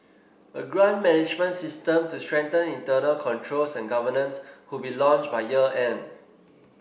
a grant management system to strengthen internal controls and governance would be launched by year end